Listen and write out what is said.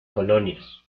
colonias